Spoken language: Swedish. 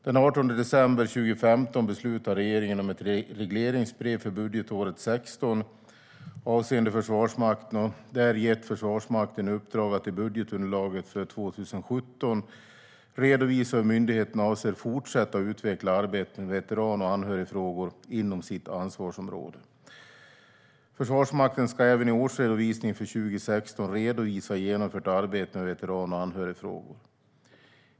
Den 18 december 2015 beslutade regeringen om regleringsbrev för budgetåret 2016 avseende Försvarsmakten och har där gett Försvarsmakten i uppdrag att i budgetunderlaget för 2017 redovisa hur myndigheten avser att fortsätta att utveckla arbetet med veteran och anhörigfrågor inom sitt ansvarsområde. Försvarsmakten ska även i årsredovisningen för 2016 redovisa genomfört arbete med veteran och anhörigfrågor.